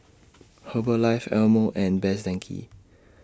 Herbalife Eye Mo and Best Denki